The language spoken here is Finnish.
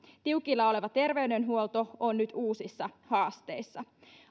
tiukilla oleva terveydenhuolto on nyt uusissa haasteissa